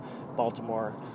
Baltimore